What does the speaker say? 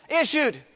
issued